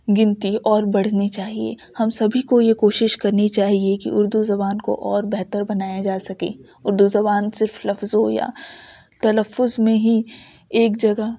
گنتی اور بڑھنی چاہیے ہم سبھی کو یہ کوشش کرنی چاہیے کہ اردو زبان کو اور بہتر بنایا جا سکے اردو زبان صرف لفظوں یا تلفّظ میں ہی ایک جگہ